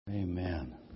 Amen